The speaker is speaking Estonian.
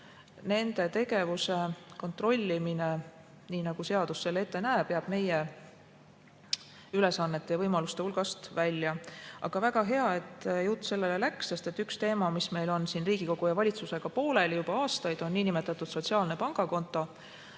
nende tegevuse kontrollimine, nii nagu seadus seda ette näeb, jääb meie ülesannete ja võimaluste hulgast välja. Aga väga hea, et jutt sellele läks, sest üks teema, mis meil Riigikogu ja valitsusega on pooleli juba aastaid, on niinimetatud sotsiaalne pangakonto.